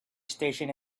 station